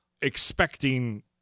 expecting